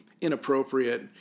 inappropriate